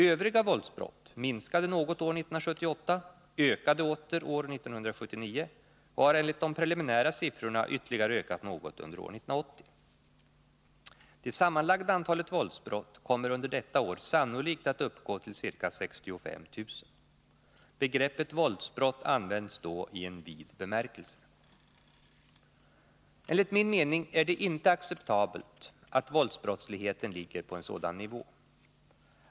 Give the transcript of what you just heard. Övriga våldsbrott minskade något år 1978, ökade åter år 1979 och har enligt de preliminära siffrorna ytterligare ökat något under år 1980. Det sammanlagda antalet våldsbrott komer under detta år sannolikt att uppgå till ca 65 000. Begreppet våldsbrott används då i en vid bemärkelse. Enligt min mening är det inte acceptabelt att våldsbrottsligheten ligger på en sådan nivå.